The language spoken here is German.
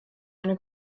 eine